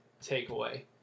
takeaway